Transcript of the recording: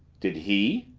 did he?